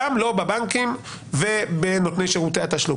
גם לא בבנקים ובנותני שירותי התשלום.